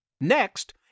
Next